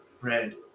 red